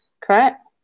correct